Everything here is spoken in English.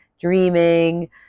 dreaming